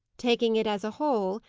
taking it as a whole,